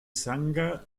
sanga